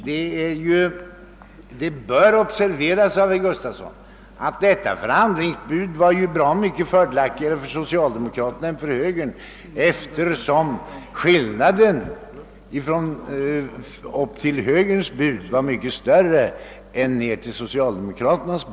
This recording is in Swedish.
Herr Gustafsson i Uddevalla bör observera att detta förhandlingsbud var bra mycket fördelaktigare för socialdemokraterna än för högern, eftersom skillnaden i förhållande till högerns bud var mycket större än till socialdemokraternas.